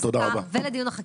הישיבה ננעלה בשעה 11:35.